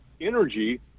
energy